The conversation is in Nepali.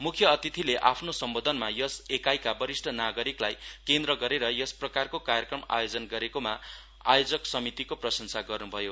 मुख्य अतिथिले आफ्नो सम्बोधनमा यस एकाईका वरिष्ठ नागरिकलाई केन्द्र गरेर यस प्रकारको कार्यक्रम आयोजन गरेकोमा आयोजक समितिको प्रशंसा गर्न्भयो